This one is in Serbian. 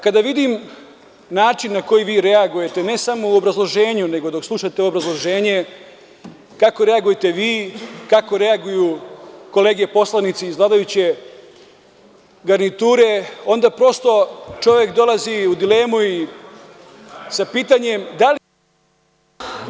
Kada vidim način na koji vi reagujete, ne samo u obrazloženju, nego dok slušate obrazloženje kako reagujete vi, kako reaguju kolege poslanici iz vladajuće garniture, onda prosto čovek dolazi u dilemu sa pitanjem da li ima razloga…